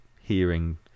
hearing